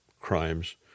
crimes